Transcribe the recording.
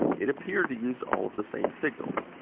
it appeared to use all of the same signals.